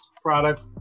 product